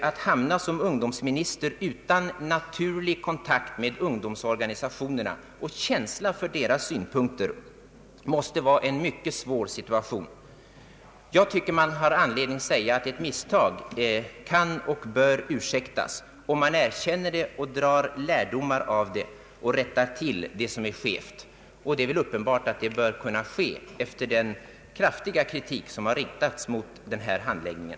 Att hamna som ungdomsminister utan naturlig kontakt med ungdomsorganisationerna och känsla för deras synpunkter måste vara en mycket svår situation. Jag tycker att det finns anledning att säga att ett misstag kan och bör ursäktas, om man erkänner det, drar lärdomar av det och rättar till det som är skevt. Det är väl uppenbart att det bör kunna ske efter den kraftiga kritik som har riktats mot den här handläggningen.